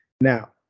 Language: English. Now